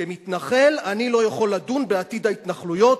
כמתנחל, אני לא יכול לדון בעתיד ההתנחלויות.